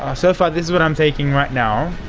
ah so far this is what i'm taking right now.